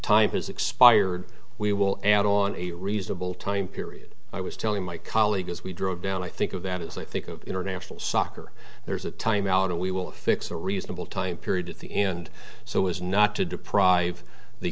has expired we will and on a reasonable time period i was telling my colleague as we drove down i think of that as i think of international soccer there's a timeout and we will fix a reasonable time period at the end so as not to deprive the